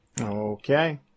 Okay